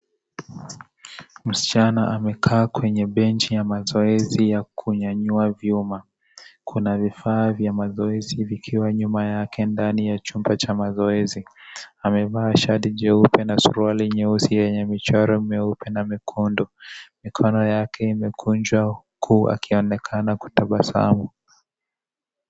Msichana amekaa kwenye benji ya mazoezi ya kunyanyua vyuma, kuna vifaa vya mazoezi zikiwa nyuma yake ndani ya chumba cha mazoezi amevaa shati jeupe na suruali nyeusi yenye michoro meupe na mikono yake imegunjwa huku akionekana kutabasamu.